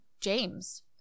James